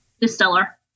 distiller